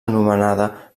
anomenada